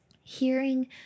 Hearing